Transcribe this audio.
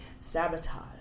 sabotage